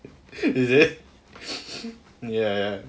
is it ya ya